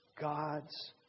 God's